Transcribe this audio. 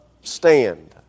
stand